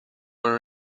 were